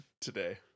today